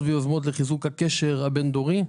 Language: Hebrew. ויוזמות לטובת חיזוק הקשר הבין דורי.